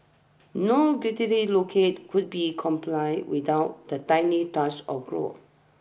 no guiltily locate could be complain without the tiny touch of gore